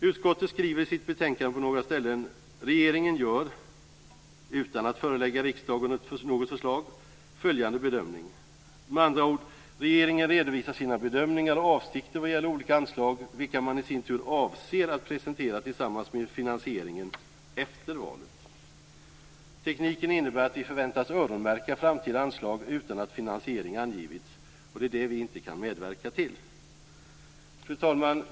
Utskottet skriver i sitt betänkande på några ställen "regeringen gör - utan att förelägga riksdagen något förslag - följande bedömning" - med andra ord redovisar regeringen sina bedömningar och avsikter vad gäller olika anslag, vilka man i sin tur avser att presentera tillsammans med finansieringen, efter valet. Tekniken innebär att vi förväntas öronmärka framtida anslag utan att finansiering angivits. Det kan vi inte medverka till. Fru talman!